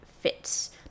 fits